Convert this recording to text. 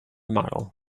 model